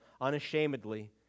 unashamedly